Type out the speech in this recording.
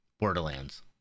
Borderlands